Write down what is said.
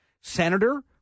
Senator